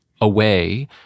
away